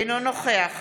אינו נוכח